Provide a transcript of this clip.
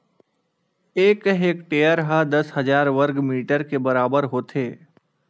एक हेक्टेअर हा दस हजार वर्ग मीटर के बराबर होथे